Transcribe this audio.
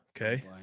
okay